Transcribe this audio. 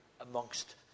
amongst